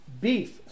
beef